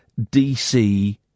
DC